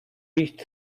riecht